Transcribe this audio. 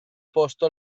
posto